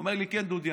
הוא אומר לי: כן, דודי.